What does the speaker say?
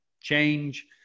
change